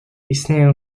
istnieję